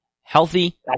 Healthy